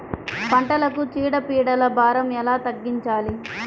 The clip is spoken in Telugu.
పంటలకు చీడ పీడల భారం ఎలా తగ్గించాలి?